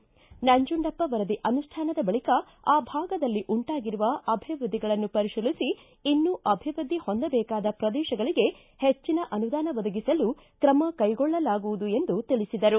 ನಂಜುಂಡಪ್ಪ ವರದಿ ಅನುಷ್ಲಾನದ ಬಳಿಕ ಆ ಭಾಗದಲ್ಲಿ ಉಂಟಾಗಿರುವ ಅಭಿವೃದ್ಧಿಗಳನ್ನು ಪರಿಶೀಲಿಸಿ ಇನ್ನೂ ಅಭಿವೃದ್ಧಿ ಹೊಂದಬೇಕಾದ ಪ್ರದೇಶಗಳಿಗೆ ಹೆಚ್ಚಿನ ಅನುದಾನ ಒದಗಿಸಲು ಕ್ರಮ ಕೈಗೊಳ್ಳಲಾಗುವುದು ಎಂದು ತಿಳಿಸಿದರು